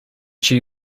she